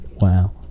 Wow